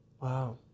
Wow